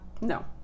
No